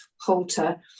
halter